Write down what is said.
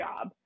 job